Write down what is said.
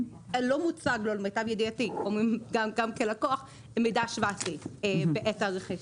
לא מוצג לו למיטב ידיעתי גם כלקוח מידע השוואתי בעת הרכישה.